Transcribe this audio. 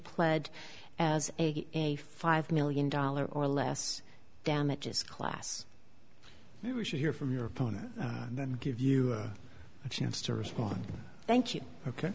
pled as a five million dollar or less damages class then we should hear from your opponent and give you a chance to respond thank you ok